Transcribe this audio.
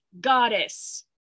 goddess